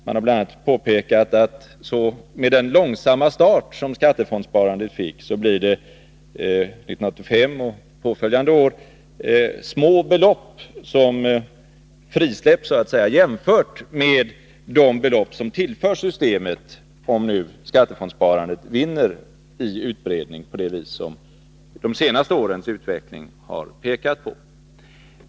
Man har bl.a. påpekat att med den långsamma start som skattefondssparandet fick, blir det 1985 och påföljande år små belopp som frisläpps jämfört med de belopp som tillförs systemet, om nu skattefondssparandet vinner i utbredning på det vis som de senaste årens utveckling har pekat på.